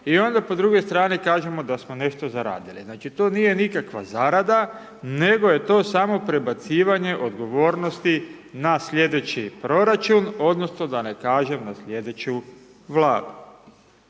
i onda po drugoj strani da smo nešto zaradili. Znači to nije nikakva zarada, nego je to samo prebacivanje odgovornosti na slijedeći proračun, odnosno da ne kažem na slijedeću vladu.